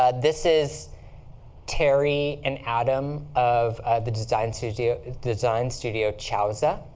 ah this is terri and adam of the design studio design studio chiaozza.